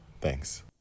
Thanks